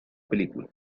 película